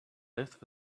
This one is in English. lift